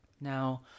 now